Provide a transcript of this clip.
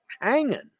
hanging